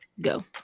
Go